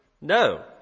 No